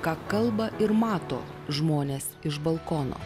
ką kalba ir mato žmonės iš balkono